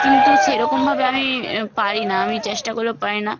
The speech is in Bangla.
কিন্তু সেরকমভাবে আমি পারি না আমি চেষ্টা করলেও পারি না